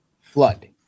flood